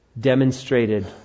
demonstrated